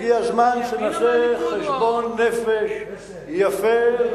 הגיע הזמן שנעשה חשבון נפש יפה,